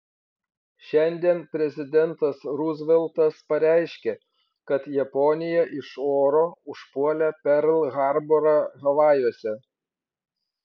šiandien prezidentas ruzveltas pareiškė kad japonija iš oro užpuolė perl harborą havajuose